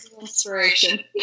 inspiration